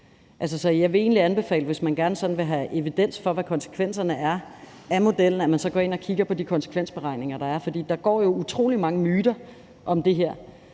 at man, hvis man gerne vil have evidens for, hvad konsekvenserne af modellen er, går ind og kigger på de konsekvensberegninger, der er. Der er jo utrolig mange myter om det her,